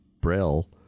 Braille